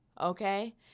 okay